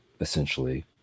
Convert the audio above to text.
essentially